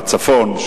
בצפון,